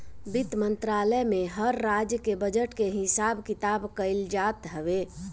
वित्त मंत्रालय में हर राज्य के बजट के हिसाब किताब कइल जात हवे